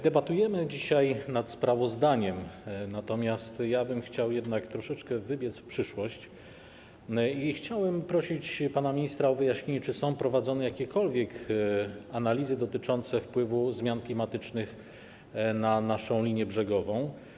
Debatujemy dzisiaj nad sprawozdaniem, natomiast ja chciałbym jednak troszeczkę wybiec w przyszłość i chciałbym prosić pana ministra o wyjaśnienie, czy są prowadzone jakiekolwiek analizy dotyczące wpływu zmian klimatycznych na naszą linię brzegową.